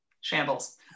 Shambles